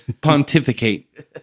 Pontificate